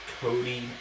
Cody